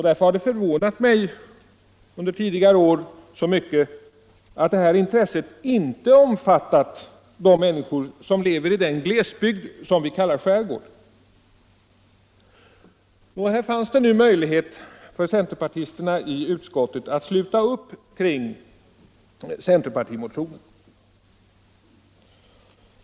Därför har det förvånat mig — under tidigare år — så mycket att det intresset inte omfattat de människor som lever i den glesbygd som vi kallar skärgård. Här fanns det alltså nu möjlighet för centerpartisterna i utskottet att sluta upp kring centerpartimotionen.